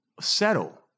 settle